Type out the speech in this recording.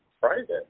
private